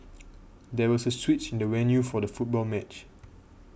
there was a switch in the venue for the football match